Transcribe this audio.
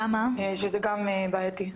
זה גם בעייתי.